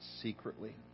secretly